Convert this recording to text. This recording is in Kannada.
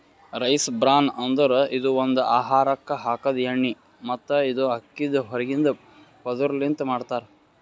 ರೈಸ್ ಬ್ರಾನ್ ಅಂದುರ್ ಇದು ಒಂದು ಆಹಾರಕ್ ಹಾಕದ್ ಎಣ್ಣಿ ಮತ್ತ ಇದು ಅಕ್ಕಿದ್ ಹೊರಗಿಂದ ಪದುರ್ ಲಿಂತ್ ಮಾಡ್ತಾರ್